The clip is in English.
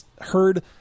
heard